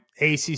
ACC